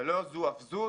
ולא זו אף זו,